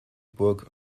burg